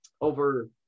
over